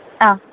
ಆಂ